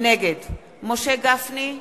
נגד משה גפני,